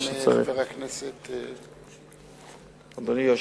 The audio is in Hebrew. חבר הכנסת מולה, בבקשה, אדוני,